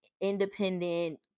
independent